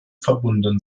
verbunden